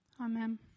Amen